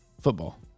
Football